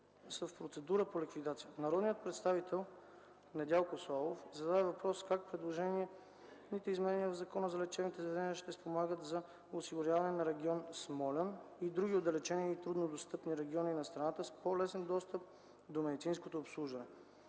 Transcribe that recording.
в процедура по ликвидация. Народният представител Недялко Славов зададе въпрос как предложените изменения в Закона за лечебните заведения ще спомогнат за осигуряване на регион Смолян и другите отдалечени и труднодостъпни региони на страната с по-лесен достъп до медицинско обслужване.